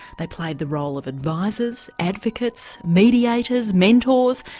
they played the role of advisers, advocates, mediators, mentors,